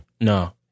No